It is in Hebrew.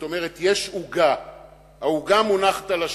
כלומר, יש עוגה שמונחת על השולחן.